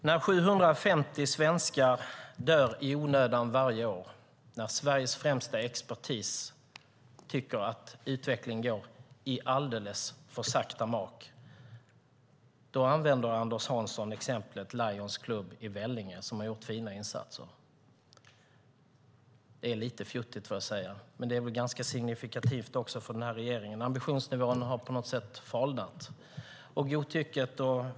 Herr talman! När 750 svenskar dör i onödan varje år och när Sveriges främsta expertis tycker att utvecklingen går i alldeles för sakta mak, då använder Anders Hansson exemplet Lions Club i Höllviken, som gjort fina insatser. Det är lite fjuttigt, får jag säga. Men det är väl ganska signifikativt för den här regeringen. Ambitionerna har på något sätt falnat.